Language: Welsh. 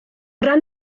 ran